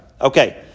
Okay